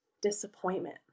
disappointment